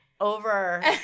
over